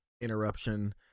interruption